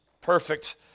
perfect